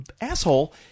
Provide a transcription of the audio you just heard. asshole